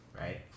Right